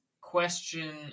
question